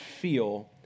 feel